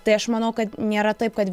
tai aš manau kad nėra taip kad